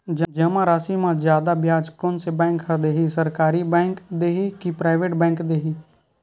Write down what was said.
जमा राशि म जादा ब्याज कोन से बैंक ह दे ही, सरकारी बैंक दे हि कि प्राइवेट बैंक देहि?